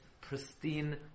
pristine